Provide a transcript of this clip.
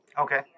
Okay